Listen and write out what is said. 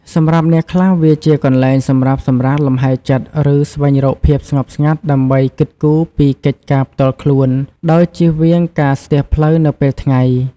សម្រាប់អ្នកខ្លះ វាជាកន្លែងសម្រាប់ សម្រាកលំហែចិត្ត ឬស្វែងរកភាពស្ងប់ស្ងាត់ដើម្បីគិតគូរពីកិច្ចការផ្ទាល់ខ្លួន ដោយជៀសវាងការស្ទះផ្លូវនៅពេលថ្ងៃ។